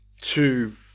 two